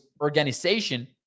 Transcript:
organization